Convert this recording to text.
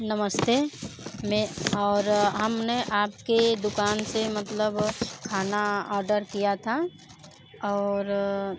नमस्ते मैं और हमने आपके दुकान से मतलब खाना आर्डर किया थां और